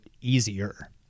easier